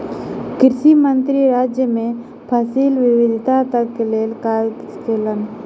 कृषि मंत्री राज्य मे फसिल विविधताक लेल काज कयलैन